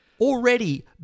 already